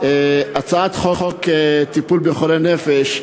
הצעת חוק טיפול בחולי נפש,